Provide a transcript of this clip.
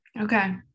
Okay